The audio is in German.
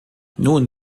nun